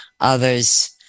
others